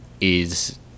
is-